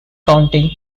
county